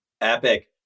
Epic